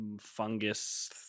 fungus